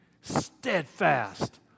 steadfast